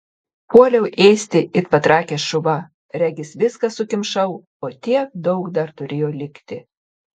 puoliau ėsti it patrakęs šuva regis viską sukimšau o tiek daug dar turėjo likti